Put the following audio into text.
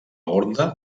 orde